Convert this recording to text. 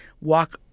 walk